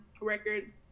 record